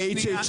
היא הייתה פה.